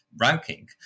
ranking